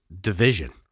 division